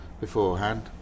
beforehand